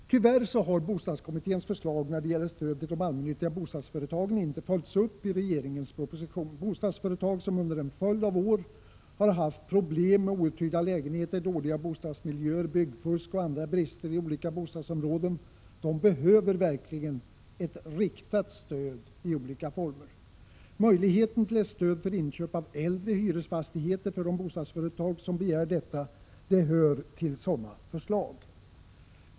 Tyvärr har bostadskommitténs förslag när det gäller stöd till de allmännyt 51 tiga bostadsföretagen inte följts upp i regeringens proposition. Bostadsföretag som under en följd av år haft problem med outhyrda lägenheter, dåliga bostadsmiljöer, byggfusk och andra brister i olika bostadsområden behöver verkligen ett riktat stöd i olika former. Möjligheten till ett stöd för inköp av äldre hyresfastigheter för de bostadsföretag som begär detta hör till sådana förslag.